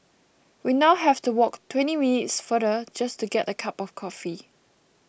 we now have to walk twenty minutes farther just to get a cup of coffee